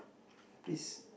please